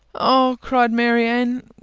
oh, cried marianne,